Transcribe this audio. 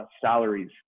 salaries